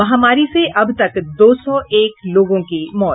महामारी से अब तक दो सौ एक लोगों की मौत